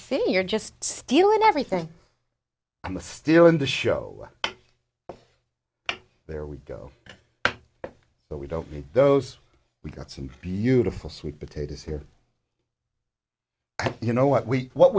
think you're just stealing everything from the still in the show there we go but we don't need those we got some beautiful sweet potatoes here you know what we what